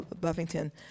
Buffington